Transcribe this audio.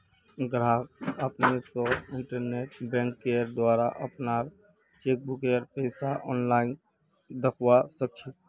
गाहक अपने स इंटरनेट बैंकिंगेंर द्वारा अपनार चेकबुकेर पैसा आनलाईन दखवा सखछे